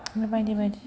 बायदि बायदि